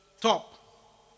top